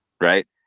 right